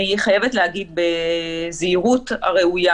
אני חייבת להגיד בזהירות הראויה.